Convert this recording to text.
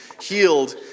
healed